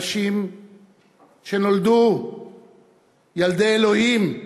אנשים שנולדו ילדי אלוהים,